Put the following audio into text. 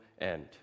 end